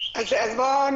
בוקר טוב.